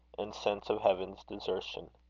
and sense of heaven's desertion.